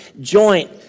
joint